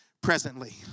presently